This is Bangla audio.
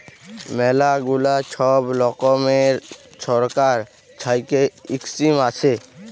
ম্যালা গুলা ছব রকমের ছরকার থ্যাইকে ইস্কিম আসে